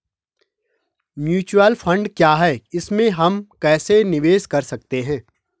Mutual fund क्या है इसमें हम कैसे निवेश कर सकते हैं?